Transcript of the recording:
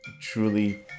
truly